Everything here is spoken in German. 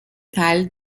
teil